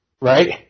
Right